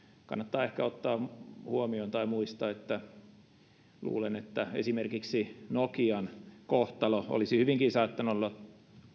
kannattaa ehkä ottaa huomioon tai muistaa että esimerkiksi nokian kohtalo olisi hyvinkin saattanut olla